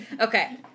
Okay